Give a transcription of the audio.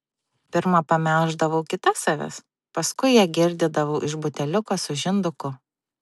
pirma pamelždavau kitas avis paskui ją girdydavau iš buteliuko su žinduku